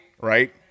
right